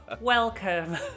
Welcome